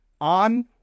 on